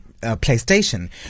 PlayStation